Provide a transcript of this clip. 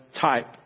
type